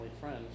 friends